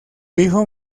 hijo